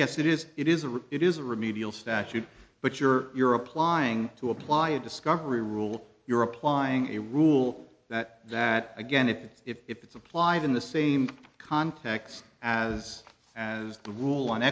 yes it is it is or it is a remedial statute but you're you're applying to apply a discovery rule you're applying a rule that that again if it's if it's applied in the same context as as the rule